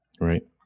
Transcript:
right